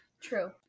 True